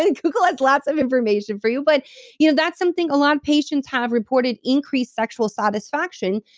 ah google has lots of information for you, but you know that's something a lot of patients have reported increased sexual satisfaction,